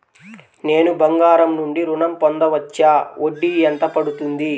నేను బంగారం నుండి ఋణం పొందవచ్చా? వడ్డీ ఎంత పడుతుంది?